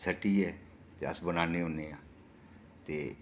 सु'ट्टियै ते अस बनान्ने होन्ने आं ते